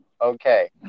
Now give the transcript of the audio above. okay